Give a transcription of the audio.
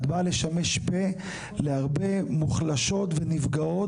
את באה לשמש פה להרבה מוחלשות ונפגעות